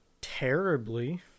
terribly